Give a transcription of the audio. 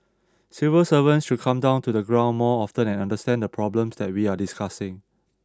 civil servants should come down to the ground more often and understand the problems that we're discussing